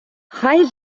хай